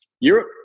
Europe